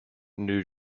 new